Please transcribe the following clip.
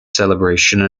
celebration